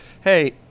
hey